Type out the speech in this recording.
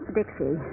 Dixie